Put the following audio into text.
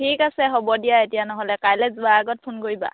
ঠিক আছে হ'ব দিয়া এতিয়া নহ'লে কাইলৈ যোৱাৰ আগত ফোন কৰিবা